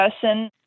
person